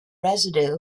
residue